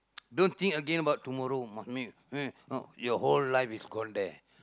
don't think again about tomorrow your whole life is gone there